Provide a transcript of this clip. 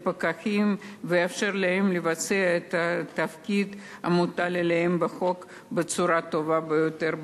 לפקחים ויאפשר להם לבצע את התפקיד המוטל עליהם בחוק בצורה הטובה ביותר.